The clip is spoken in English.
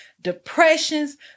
depressions